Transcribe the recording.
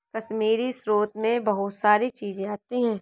कश्मीरी स्रोत मैं बहुत सारी चीजें आती है